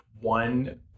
one